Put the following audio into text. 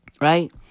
Right